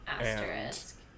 Asterisk